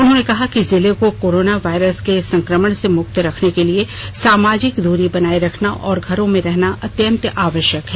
उन्होंने कहा कि जिले को कोरोना वायरस के संक्रमण से मुक्त रखने के लिए सामाजिक दूरी बनाए रखना और घरों में रहना अत्यंत आवश्यक है